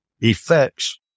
effects